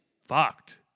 fucked